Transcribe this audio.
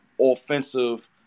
offensive